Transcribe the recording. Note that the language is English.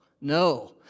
no